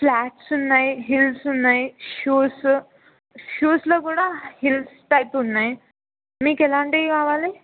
flats ఉన్నాయి heels ఉన్నాయి shoes షూస్లో కూడా హీల్స్ టైప్ ఉన్నాయి మీకేలాంటివి కావాలి